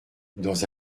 dans